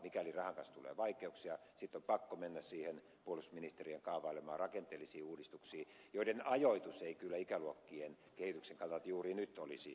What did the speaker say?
mikäli rahan kanssa tulee vaikeuksia sitten on pakko mennä niihin puolustusministeriön kaavailemiin rakenteellisiin uudistuksiin joiden ajoitus ei kyllä ikäluokkien kehityksen kannalta juuri nyt olisi järkevää